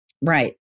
Right